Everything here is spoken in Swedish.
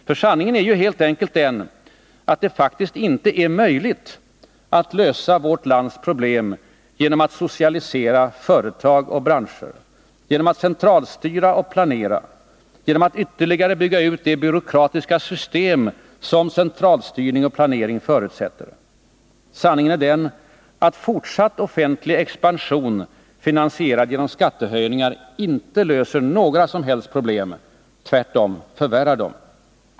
Sanningen är ju helt enkelt den att det inte är möjligt att lösa vårt lands problem genom att socialisera företag och branscher, genom att centralstyra och planera, genom att ytterligare bygga ut det byråkratiska system som centralstyrning och planering förutsätter. Sanningen är den att fortsatt offentlig expansion, finansierad genom skattehöjningar, inte löser några problem utan tvärtom förvärrar dem.